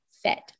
fit